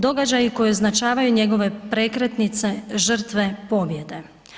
Događaji koji označavaju njegove prekretnice, žrtve, pobjede.